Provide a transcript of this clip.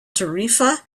tarifa